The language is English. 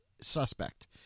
suspect